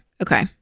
okay